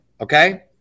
Okay